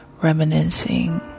reminiscing